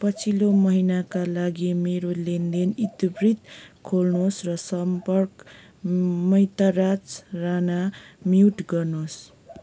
पछिल्लो महिनाका लागि मेरो लेनदेन इतिवृत्त खोल्नुहोस् र सम्पर्क मैतराज राणा म्युट गर्नुहोस्